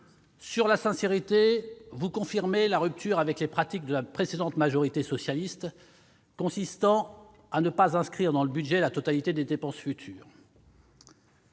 Sur la sincérité, vous confirmez la rupture avec les pratiques de la précédente majorité socialiste consistant à ne pas inscrire dans le budget la totalité des dépenses futures.